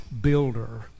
builder